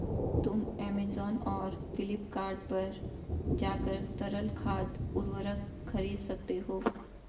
तुम ऐमेज़ॉन और फ्लिपकार्ट पर जाकर तरल खाद उर्वरक खरीद सकते हो